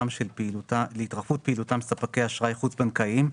פעילותם ספקי אשראי חוץ-בנקאיים".